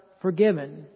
forgiven